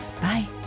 Bye